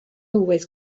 always